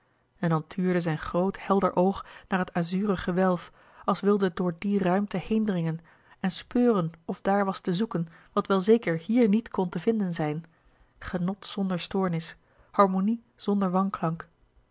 dan tuurde zijn groot helder oog naar het azuren gewelf als wilde het door die ruimte heendringen en speuren of daar was te zoeken wat wel zeker hier niet kon te vinden zijn genot zonder stoornis harmonie zonder wanklank